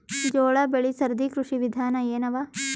ಜೋಳ ಬೆಳಿ ಸರದಿ ಕೃಷಿ ವಿಧಾನ ಎನವ?